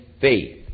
faith